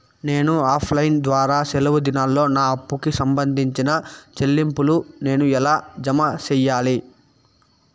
నేను offline ద్వారా సెలవు దినాల్లో నా అప్పుకి సంబంధించిన చెల్లింపులు నేను ఎలా జామ సెయ్యాలి?